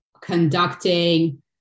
conducting